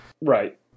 Right